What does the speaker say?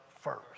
first